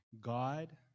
God